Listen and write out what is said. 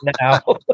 now